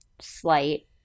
slight